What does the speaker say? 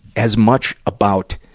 as much about